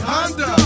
Honda